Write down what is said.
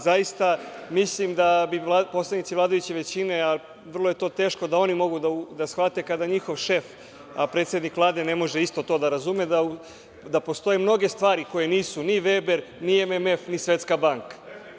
Zaista, mislim da bi poslanici vladajuće većine, a vrlo je to teško da oni mogu da shvate da kada njihov šef predsednik Vlade ne može isto to da razume, da postoje mnoge stvari koje nisu ni Veber, ni MMF, ni Svetska banka.